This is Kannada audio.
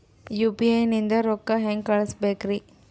ಯು.ಪಿ.ಐ ನಿಂದ ರೊಕ್ಕ ಹೆಂಗ ಕಳಸಬೇಕ್ರಿ?